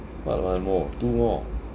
what one more two more